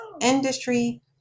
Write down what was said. industry